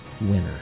winner